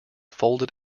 folded